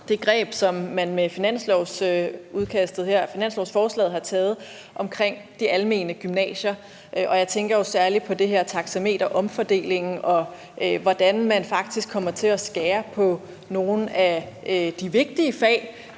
det greb, som man med finanslovsforslaget her har taget vedrørende de almene gymnasier, mig. Jeg tænker jo særlig på det her taxameter og omfordelingen, og hvordan man faktisk kommer til at skære på nogle af de vigtige fag